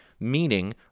Meaning